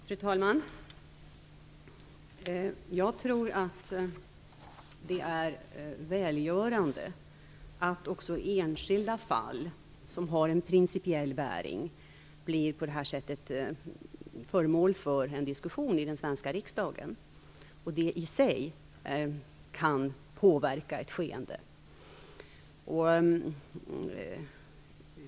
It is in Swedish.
Fru talman! Jag tror att det är välgörande att också enskilda fall som har en principiell bäring på detta sätt blir föremål för en diskussion i den svenska riksdagen. Det i sig kan påverka ett skeendet.